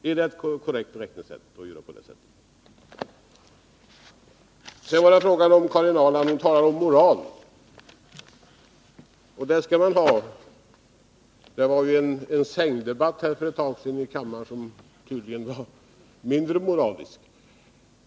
Är det korrekt att räkna på det sättet? Karin Ahrland talade om moral. Det skall man ha. För ett tag sedan förekom en sängdebatt här i kammaren som tydligen var mindre moralisk.